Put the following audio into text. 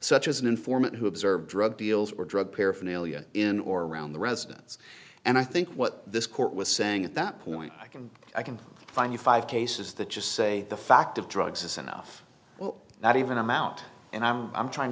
such as an informant who observed drug deals or drug paraphernalia in or around the residence and i think what this court was saying at that point i can i can find you five cases that just say the fact of drugs is enough that even i'm out and i'm i'm trying